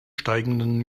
steigenden